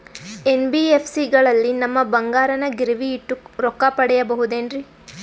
NBFC ಗಳಲ್ಲಿ ನಮ್ಮ ಬಂಗಾರನ ಗಿರಿವಿ ಇಟ್ಟು ರೊಕ್ಕ ಪಡೆಯಬಹುದೇನ್ರಿ?